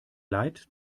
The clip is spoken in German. leid